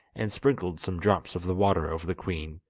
and sprinkled some drops of the water over the queen.